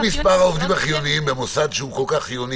אבל אם מספר העובדים החיוניים במוסד שהוא כל כך חיוני,